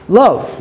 love